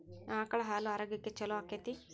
ಆಕಳ ಹಾಲು ಆರೋಗ್ಯಕ್ಕೆ ಛಲೋ ಆಕ್ಕೆತಿ?